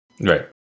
Right